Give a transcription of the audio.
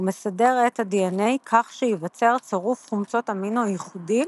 ומסדר את ה-DNA כך שייווצר צירוף חומצות אמינו ייחודי,